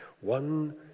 One